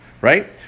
right